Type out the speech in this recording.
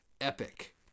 epic